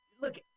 Look